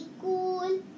cool